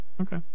Okay